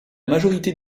majorité